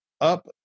up